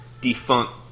defunct